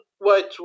wait